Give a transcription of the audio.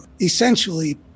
essentially